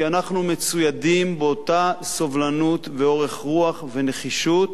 כי אנחנו מצוידים באותם סובלנות ואורך רוח ונחישות